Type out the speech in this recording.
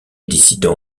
dissident